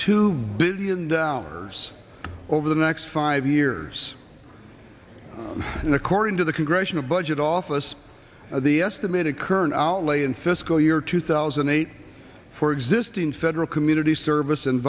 two billion dollars over the next five years and according to the congressional budget office the estimated current i'll lay in fiscal year two thousand and eight for existing federal community service and